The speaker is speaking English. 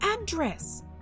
address